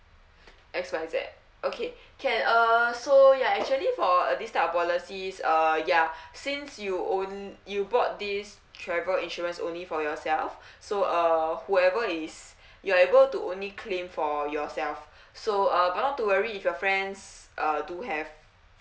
X Y Z okay can uh so ya actually for uh this type of policies uh ya since you onl~ you bought this travel insurance only for yourself so uh whoever is you're able to only claim for yourself so uh not to worry if your friends uh do have